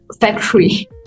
Factory